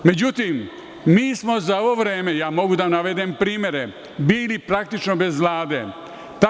Međutim, za ovo vreme, mogu da navedem primere, bili praktično bez Vlade.